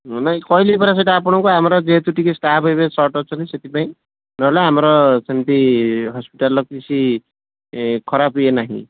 ନାହିଁ କହିଲି ପରା ସେଇଟା ଆପଣଙ୍କୁ ଆମର ଯେହେତୁ ଟିକେ ଷ୍ଟାଫ୍ ଏବେ ସର୍ଟ ଅଛନ୍ତି ସେଥିପାଇଁ ନହେଲେ ଆମର ସେମିତି ହସ୍ପିଟାଲ୍ର କିଛି ଖରାପ ଇଏ ନାହିଁ